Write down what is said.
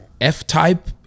F-Type